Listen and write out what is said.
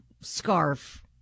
scarf